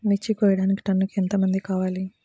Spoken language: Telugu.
మిర్చి కోయడానికి టన్నుకి ఎంత మంది కావాలి?